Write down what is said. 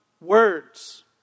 words